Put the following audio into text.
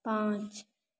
पाँच